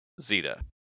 Zeta